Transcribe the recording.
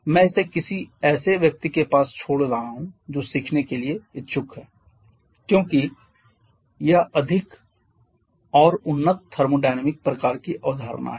मैं इसे किसी ऐसे व्यक्ति के पास छोड़ रहा हूं जो सीखने के लिए इच्छुक है क्योंकि यह अधिक और उन्नत थर्मोडायनामिक प्रकार की अवधारणा है